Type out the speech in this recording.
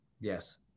Yes